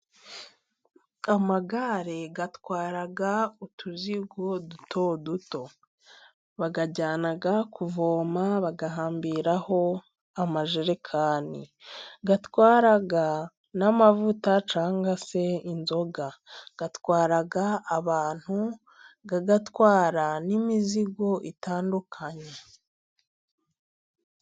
Iri gare ritwara utuzigo duto duto, barijyana kuvoma bagahambiraho amajerekani, ritwara n'amavuta cyangwa se inzoga, ritwara abantu, rigatwara n'imizigo itandukanye.